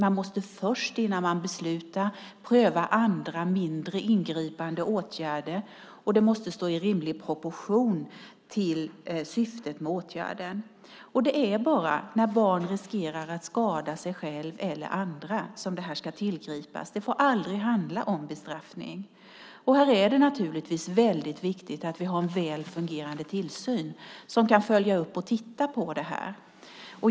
Innan man beslutar måste man först pröva andra mindre ingripande åtgärder, och det måste stå i rimlig proportion till syftet med åtgärden. Det är bara när barn riskerar att skada sig själv eller andra som det ska tillgripas. Det får aldrig handla om bestraffning. Här är det naturligtvis viktigt att vi har en väl fungerande tillsyn som kan följa upp och titta på detta.